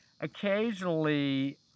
occasionally